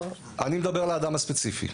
אני מדבר על האדם הספציפי.